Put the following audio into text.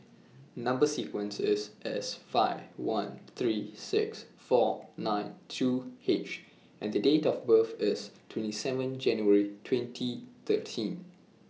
Number sequence IS S five one three six four nine two H and Date of birth IS twenty seven January twenty thirteen